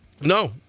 No